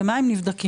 במה הם נבדקים?